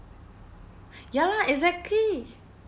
ya lah exactly